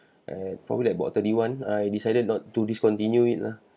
at probably about thirty one I decided not to discontinue it lah